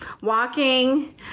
walking